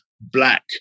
black